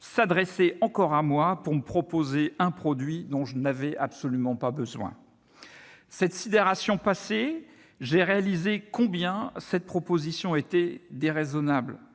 s'adressait encore à moi pour me proposer un produit dont je n'avais absolument pas besoin. Cette sidération passée, j'ai réalisé combien cette proposition était déraisonnable.